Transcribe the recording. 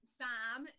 sam